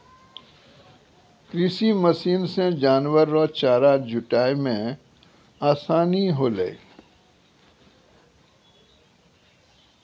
कृषि मशीन से जानवर रो चारा जुटाय मे आसानी होलै